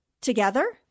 Together